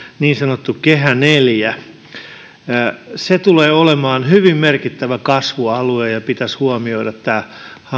niin sanottu kehä iv tulee olemaan hyvin merkittävä kasvualue ja pitäisi huomioida tämä